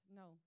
no